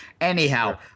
Anyhow